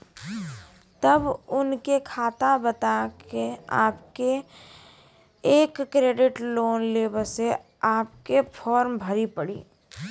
तब उनके बता के आपके के एक क्रेडिट लोन ले बसे आपके के फॉर्म भरी पड़ी?